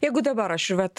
jeigu dabar aš vat